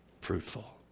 fruitful